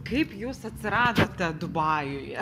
kaip jūs atsiradote dubajuje